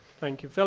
thank you, philip.